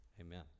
amen